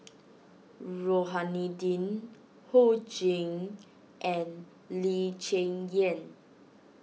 Rohani Din Ho Ching and Lee Cheng Yan